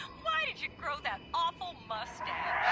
why did you grow that awful mustache?